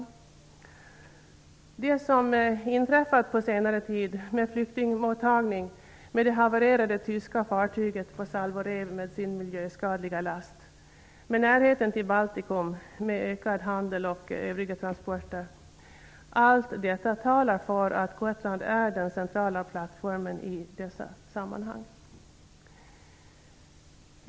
Allt det som har inträffat på senare tid med flyktingmottagning, med det havererade tyska fartyget på Salvorev med den miljöskadliga lasten, med närheten till Baltikum, med ökad handel och transporter, talar för att Gotland är den centrala plattformen i dessa sammanhang.